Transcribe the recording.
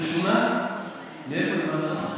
מאיפה הבנת?